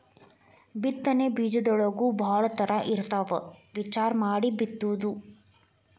ಬಿತ್ತನೆ ಬೇಜದೊಳಗೂ ಭಾಳ ತರಾ ಇರ್ತಾವ ವಿಚಾರಾ ಮಾಡಿ ಬಿತ್ತುದು